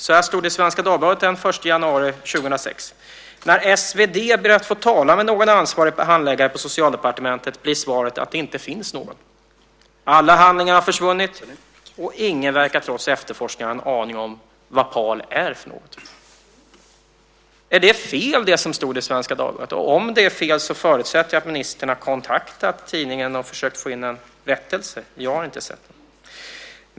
Så här stod det i Svenska Dagbladet den 1 januari 2006: "När SvD ber att få tala med någon ansvarig handläggare på Socialdepartementet blir svaret att det inte finns någon. Alla handlingar har försvunnit och ingen verkar trots efterforskningar ha en aning om vad PAL är för något." Är det som stod i Svenska Dagbladet fel? Om det är fel förutsätter jag att ministern har kontaktat tidningen och försökt få in en rättelse. Jag har inte sett någon.